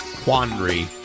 quandary